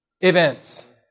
events